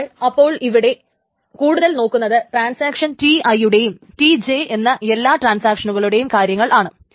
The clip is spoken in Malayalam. നമ്മൾ അപ്പോൾ ഇവിടെ കൂടുതൽ നോക്കുന്നത് ട്രാൻസാക്ഷൻ Ti യുടെയും Tj എന്ന എല്ലാ ട്രാൻസാക്ഷനുകളുടെയും കാര്യങ്ങൾ ആണ്